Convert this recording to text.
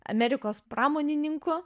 amerikos pramonininkų